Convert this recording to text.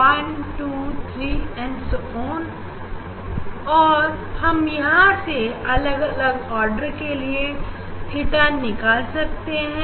m 123 और हम यहां से अलग अलग ऑर्डर के लिए theta निकाल सकते हैं